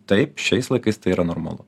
taip šiais laikais tai yra normalu